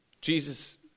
Jesus